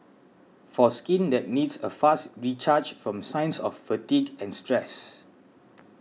for skin that needs a fast recharge from signs of fatigue and stress